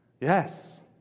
Yes